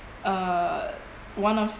uh one of